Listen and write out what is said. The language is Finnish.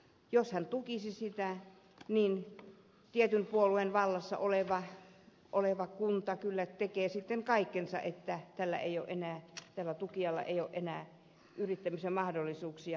jos hän tukisi häntä niin tietyn puolueen vallassa oleva kunta kyllä tekee sitten kaikkensa että tällä tukijalla ei ole enää yrittämisen mahdollisuuksia